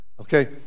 okay